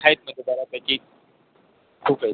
आहेत म्हणजे बऱ्यापैकी खूप आहेत